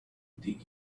dig